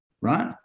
right